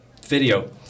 video